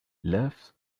love